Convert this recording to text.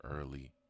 early